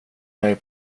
mig